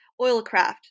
Oilcraft